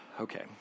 Okay